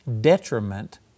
detriment